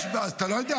יש, אז אתה לא יודע.